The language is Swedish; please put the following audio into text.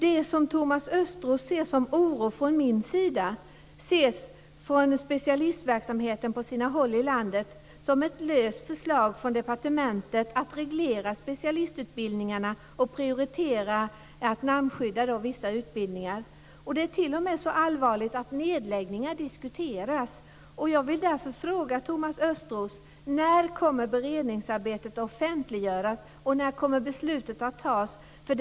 Det som Thomas Östros ser som oro från min sida ses från specialistverksamheten på sina håll i landet som ett löst förslag från departementet att reglera specialistutbildningarna och prioritera, dvs. namnskydda, vissa utbildningar. Det är t.o.m. så allvarligt att nedläggningar diskuteras. Jag vill därför fråga Thomas Östros: När kommer beredningsarbetet att offentliggöras och när kommer beslutet att fattas?